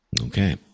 Okay